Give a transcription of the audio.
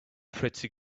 pretty